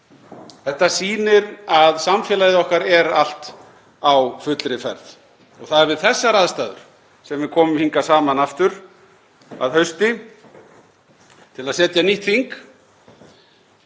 þetta sýnir að samfélagið okkar er allt á fullri ferð. Og það er við þessar aðstæður sem við komum hingað saman aftur að hausti til að setja nýtt þing.